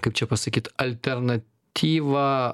kaip čia pasakyt alternatyva